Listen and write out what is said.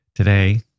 Today